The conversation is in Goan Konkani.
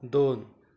दोन